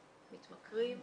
מתמכרים,